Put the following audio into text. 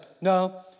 No